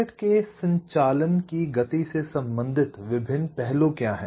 circuit के संचालन की गति से संबंधित विभिन्न पहलू क्या हैं